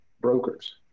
brokers